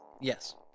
Yes